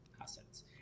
assets